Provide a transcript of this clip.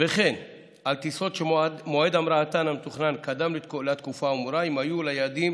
וכן על טיסות שמועד המראתן המתוכנן קדם לתקופה האמורה אם היו ליעדים